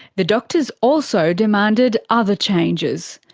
the doctors also demanded other changes.